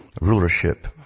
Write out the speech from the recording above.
rulership